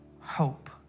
Hope